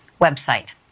website